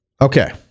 Okay